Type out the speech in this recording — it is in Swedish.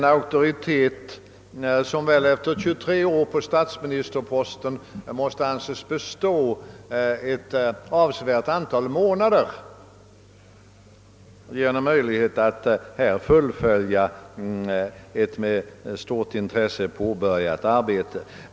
Hans auktoritet måste väl efter hans 23 år på statsministerposten anses bestå ett avsevärt antal månader och ge honom möjlighet att fullfölja ett med stort intresse påbörjat arbete.